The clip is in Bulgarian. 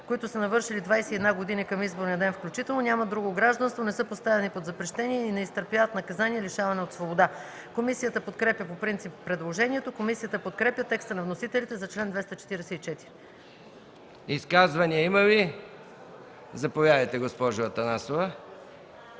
които са навършили 21 години към изборния ден включително, нямат друго гражданство, не са поставени под запрещение и не изтърпяват наказание лишаване от свобода.” Комисията подкрепя по принцип предложението. Комисията подкрепя текста на вносителите за чл. 244. ПРЕДСЕДАТЕЛ МИХАИЛ МИКОВ: Има ли изказвания? Заповядайте, госпожо Атанасова.